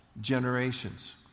generations